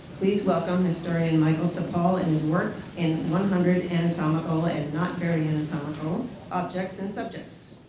please welcome historian michael sappol and his work in one hundred anatomical and not very anatomical objects and subjects.